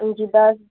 ଯିବା